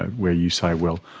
where you say, well,